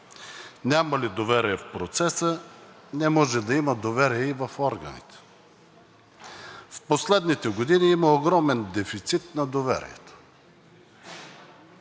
Няма ли доверие в процеса, не може да има доверие и в органите. В последните години има огромен дефицит на доверие.